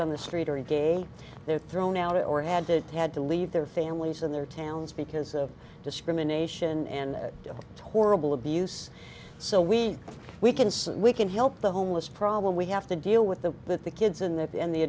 on the street are in gay they're thrown out or had to had to leave their families in their towns because of discrimination and horrible abuse so we we can say we can help the homeless problem we have to deal with them but the kids in the end the